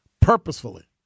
purposefully